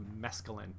mescaline